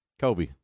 Kobe